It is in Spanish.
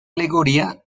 alegoría